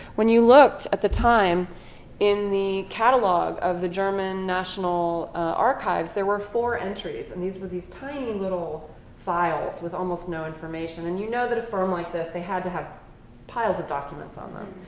when you looked at the time in the catalog of the german national archives, there were four entries, and these were these tiny little files with almost no information. and you know that a firm like this, they had to have piles of documents on them.